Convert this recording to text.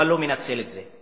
אבל לא מנצל את זה.